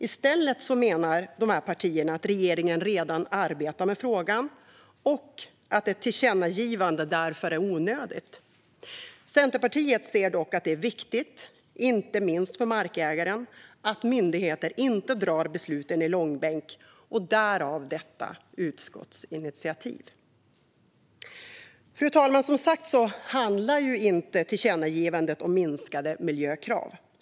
I stället menar dessa partier att regeringen redan arbetar med frågan och att ett tillkännagivande därför är onödigt. Centerpartiet ser dock att det är viktigt, inte minst för markägaren, att myndigheter inte drar besluten i långbänk - därav detta utskottsinitiativ. Fru talman! Som sagt handlar inte tillkännagivandet om minskade miljökrav.